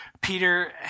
Peter